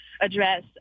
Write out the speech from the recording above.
address